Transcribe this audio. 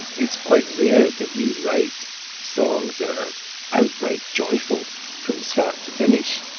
it's quite rare that we write songs that are outright joyful from start to finish